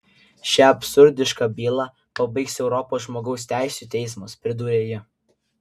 šią absurdišką bylą pabaigs europos žmogaus teisių teismas pridūrė ji